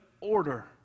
order